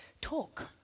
talk